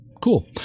cool